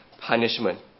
punishment